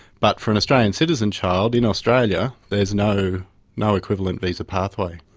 but for an australian citizen child in australia there is no no equivalent visa pathway.